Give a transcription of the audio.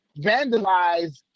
vandalize